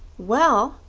well,